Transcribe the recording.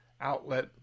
outlet